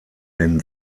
den